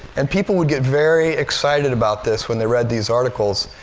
and people would get very excited about this when they read these articles.